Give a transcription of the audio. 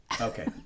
Okay